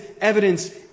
evidence